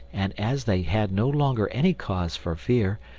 and as they had no longer any cause for fear,